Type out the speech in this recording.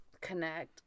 connect